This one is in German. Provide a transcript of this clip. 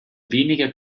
weniger